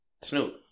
Snoop